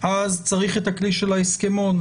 אז צריך את הכלי של ההסכמון.